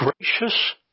Gracious